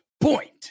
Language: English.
point